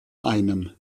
einem